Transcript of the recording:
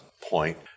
point